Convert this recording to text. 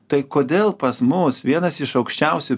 tai kodėl pas mus vienas iš aukščiausių